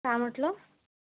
का म्हटलं